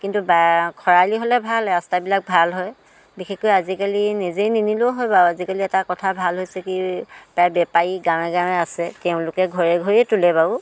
কিন্তু খৰালি হ'লে ভাল ৰাস্তাবিলাক ভাল হয় বিশেষকৈ আজিকালি নিজে নিনিলেও হয় বাৰু আজিকালি এটা কথা ভাল হৈছে কি প্ৰায় বেপাৰী গাঁৱে গাঁৱে আছে তেওঁলোকে ঘৰে ঘৰেই তোলে বাৰু